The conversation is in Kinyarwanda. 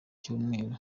cyumweru